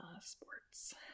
sports